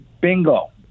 Bingo